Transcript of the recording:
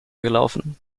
gelaufen